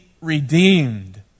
redeemed